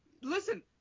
Listen